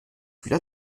wieder